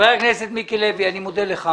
חבר הכנסת מיקי לוי, אני מודה לך.